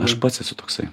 aš pats esu toksai